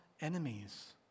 enemies